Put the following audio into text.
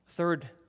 third